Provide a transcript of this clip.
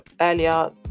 earlier